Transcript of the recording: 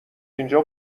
اینجا